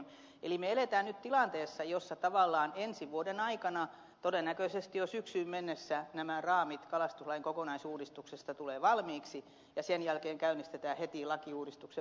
eli me elämme nyt tilanteessa jossa tavallaan ensi vuoden aikana todennäköisesti jo syksyyn mennessä nämä raamit kalastuslain kokonaisuudistuksesta tulevat valmiiksi ja sen jälkeen käynnistetään heti lakiuudistuksen valmistelu